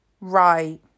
Right